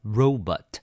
robot